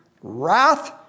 wrath